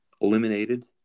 eliminated